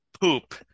poop